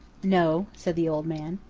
no, said the old man.